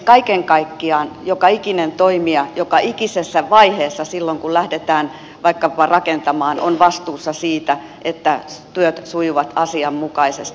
kaiken kaikkiaan joka ikinen toimija joka ikisessä vaiheessa silloin kun lähdetään vaikkapa rakentamaan on vastuussa siitä että työt sujuvat asianmukaisesti